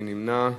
מי נמנע?